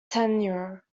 tenure